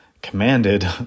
commanded